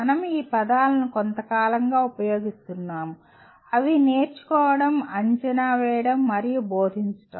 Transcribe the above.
మనం ఈ పదాలను కొంతకాలంగా ఉపయోగిస్తున్నాము అవి నేర్చుకోవడం అంచనా వేయడం మరియు బోధించడం